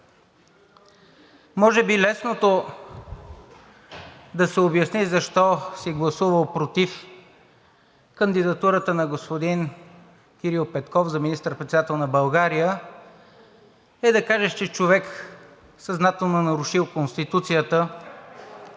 Може би лесното да се обясни защо си гласувал против кандидатурата на господин Кирил Петков за министър-председател на България е да кажеш, че човек, съзнателно нарушил Конституцията,